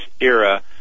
era